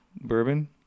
bourbon